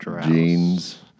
jeans